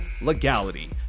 legality